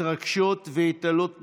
התרגשות והתעלות מחד,